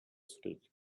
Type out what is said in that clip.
street